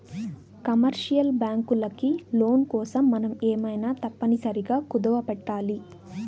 commercial బ్యాంకులకి loan కోసం మనం ఏమైనా తప్పనిసరిగా కుదవపెట్టాలి